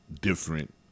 different